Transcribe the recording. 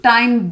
Time